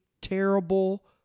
terrible